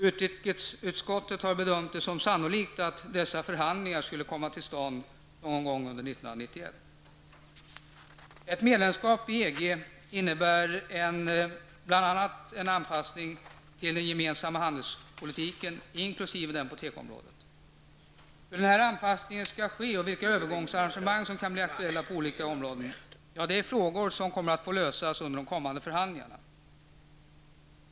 Utrikesutskottet har bedömt det som sannolikt att dessa förhandlingar skall komma till stånd någon gång under 1991. Ett medlemskap i EG innebär bl.a. en anpassning till den gemensamma handelspolitiken, inklusive den på tekoområdet. Hur anpassningen skall ske och vilka övergångsarrangemang som kan bli aktuella på olika områden är frågor som kommer att få lösas under de kommande förhandlingarna.